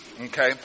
Okay